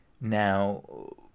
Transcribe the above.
Now